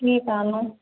ठीक आना